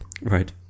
Right